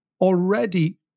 already